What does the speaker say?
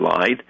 lied